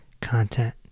content